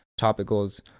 topicals